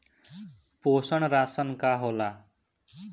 पोषण राशन का होला?